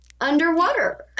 underwater